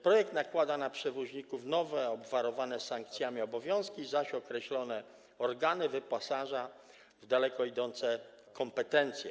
Projekt nakłada na przewoźników nowe, obwarowane sankcjami obowiązki, zaś określone organy wyposaża w daleko idące kompetencje.